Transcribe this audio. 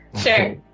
Sure